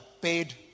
paid